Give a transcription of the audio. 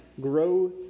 grow